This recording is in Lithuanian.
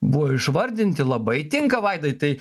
buvo išvardinti labai tinka vaidai tai